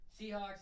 Seahawks